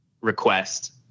request